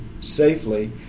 safely